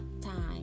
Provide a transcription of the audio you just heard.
time